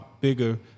bigger